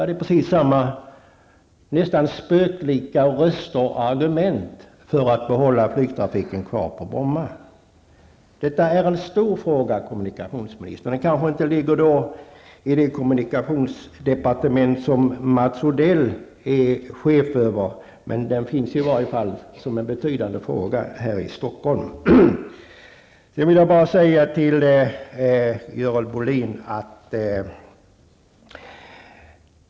Det är precis samma nästan spöklika röster och argument för att behålla flygtrafiken kvar på Bromma. Detta är en stor fråga, kommunikationsministern. Den kanske inte hör till det kommunikationsdepartement som Mats Odell är chef över, men den finns i varje fall som en betydande fråga här i Stockholm.